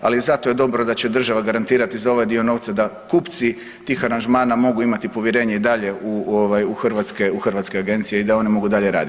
Ali zato je dobro da će država garantirati za ovaj dio novca da kupci tih aranžmana mogu imati povjerenje i dalje u hrvatske agencije i da one mogu dalje raditi.